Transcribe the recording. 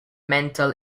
mental